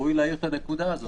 ראוי להעיר את הנקודה הזו.